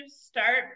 start